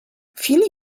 filip